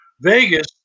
Vegas